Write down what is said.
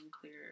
clear